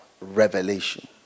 revelation